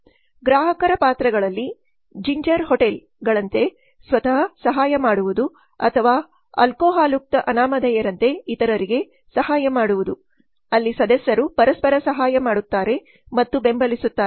ಗ್ರಾಹಕರ ಪಾತ್ರಗಳಲ್ಲಿ ಜಿಂಜರ್ಹೋಟೆಲ್ಗಳಂತೆ ಸ್ವತಃ ಸಹಾಯ ಮಾಡುವುದು ಅಥವಾ ಆಲ್ಕೊಹಾಲ್ಯುಕ್ತ ಅನಾಮಧೇಯರಂತೆ ಇತರರಿಗೆ ಸಹಾಯ ಮಾಡುವುದು ಅಲ್ಲಿ ಸದಸ್ಯರು ಪರಸ್ಪರ ಸಹಾಯ ಮಾಡುತ್ತಾರೆ ಮತ್ತು ಬೆಂಬಲಿಸುತ್ತಾರೆ